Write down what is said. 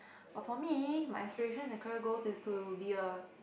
but for me my aspirations and career goal is to be a